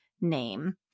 name